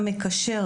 המקשר.